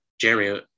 Jeremy